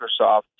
Microsoft